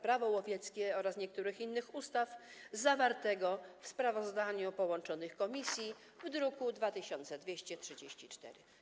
Prawo łowieckie oraz niektórych innych ustaw zawartego w sprawozdaniu połączonych komisji w druku nr 2234.